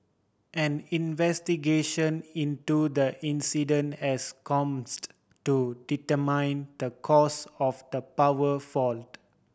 an investigation into the incident has commenced to determine the cause of the power fault